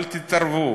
אל תתערבו.